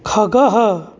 खगः